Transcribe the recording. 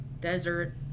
desert